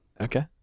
Okay